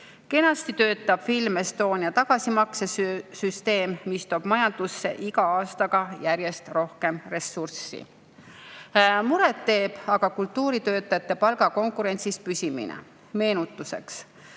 Kenasti töötab Film Estonia tagasimaksesüsteem, mis toob majandusse iga aastaga järjest rohkem ressurssi. Muret teeb aga kultuuritöötajate palga konkurentsis püsimine. Meenutuseks,